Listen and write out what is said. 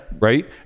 Right